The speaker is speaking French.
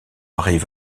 arrive